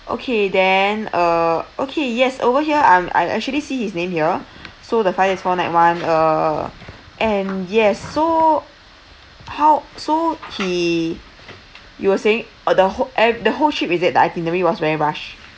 okay then uh okay yes over here I'm I actually see his name here so the five days four nights one uh and yes so how so he you are saying uh the whole trip is it the itinerary was very rush